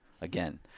Again